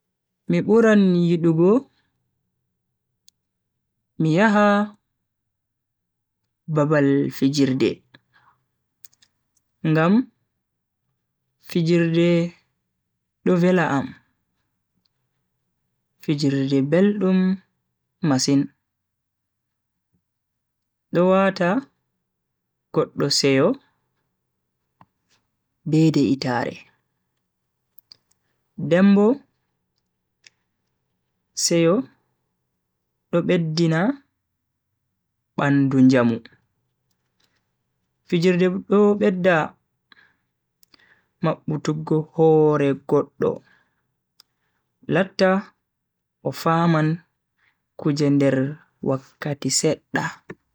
Mi buran yidugo mi yaha babal fijirde, ngam fijirde do vela am. fijirde beldum masin do wata goddo seyo be de'itaare. den Bo seyo do beddina bandu njamu. fijirde do bedda mabbutuggo hore goddo latta o faman kuje nder wakkati sedda.